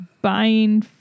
buying